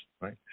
right